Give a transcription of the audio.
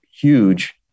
huge